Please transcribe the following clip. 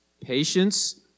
patience